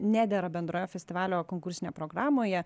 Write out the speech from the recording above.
nedera bendroje festivalio konkursinėje programoje